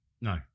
No